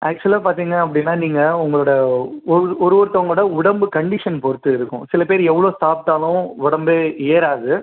அக்சுவலாக பார்த்தீங்க அப்படினா நீங்கள் உங்களோடய ஒரு ஒரு ஒருத்தவர்களோட உடம்பு கண்டிஷன் பொருத்து இருக்கும் சில பேரு எவ்வளோ சாப்பிட்டாலும் உடம்பே ஏறாது